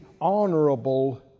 honorable